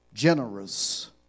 Generous